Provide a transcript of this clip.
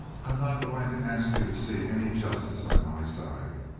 i'm not going to ask you to see any justice on my side.